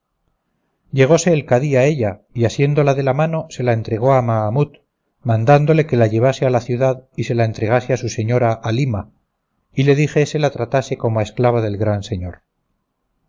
lágrimas llegóse el cadí a ella y asiéndola de la mano se la entregó a mahamut mandándole que la llevase a la ciudad y se la entregase a su señora halima y le dijese la tratase como a esclava del gran señor